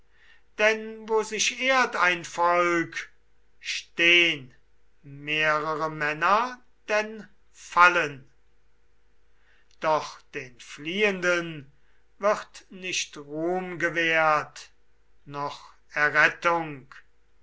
denn wo sich ehrt ein volk stehn mehrere männer denn fallen doch den fliehenden wird nicht ruhm gewährt noch errettung